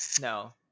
no